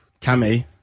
Cammy